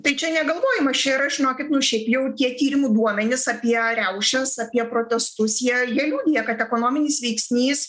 tai čia negalvojimas čia yra žinokit nu šiaip jau tie tyrimų duomenys apie riaušes apie protestus jie jie liudija kad ekonominis veiksnys